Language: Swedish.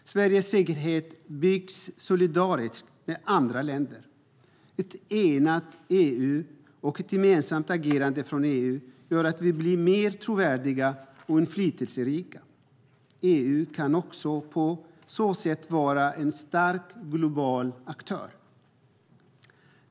Sveriges säkerhet byggs solidariskt med andra länder. Ett enat EU och ett gemensamt agerande från EU gör att vi blir mer trovärdiga och inflytelserika. EU kan på så sätt vara en stark global aktör.